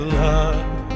love